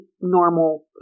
normal